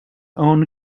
own